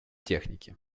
техники